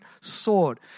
sword